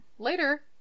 later